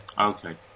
okay